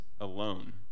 alone